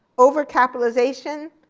over-capitalization,